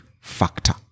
factor